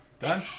done